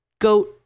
goat